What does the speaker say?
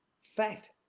Fact